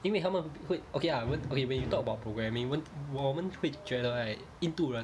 因为他们会 okay ah won't okay when you talk about programming when 我们会觉得 right 印度人